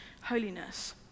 holiness